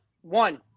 one